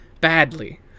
badly